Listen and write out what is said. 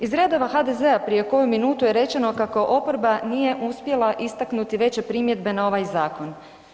Iz redova HDZ-a prije koju minutu je rečeno kako je oporba nije uspjela istaknuti veće primjedbe na ovaj zakon.